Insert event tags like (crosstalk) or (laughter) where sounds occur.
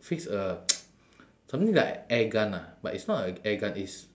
fix a (noise) something like air gun ah but it's not a air gun it's